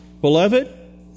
Beloved